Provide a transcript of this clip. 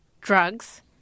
Drugs